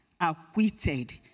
acquitted